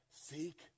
seek